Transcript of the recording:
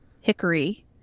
hickory